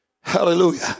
Hallelujah